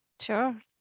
Sure